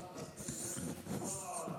כל המציל נפש בכל העולם,